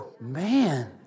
Man